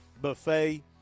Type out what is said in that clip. buffet